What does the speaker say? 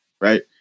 right